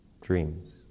dreams